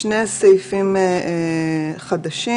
שני סעיפים חדשים,